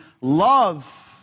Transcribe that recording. love